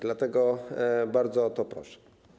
Dlatego bardzo o to proszę.